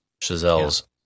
Chazelle's